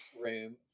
room